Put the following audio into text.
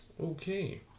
Okay